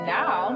now